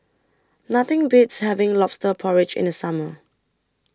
Nothing Beats having Lobster Porridge in The Summer